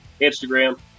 Instagram